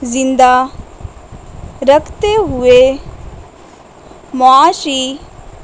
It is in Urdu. زندہ رکھتے ہوئے معاشی